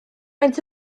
maent